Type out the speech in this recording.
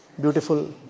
beautiful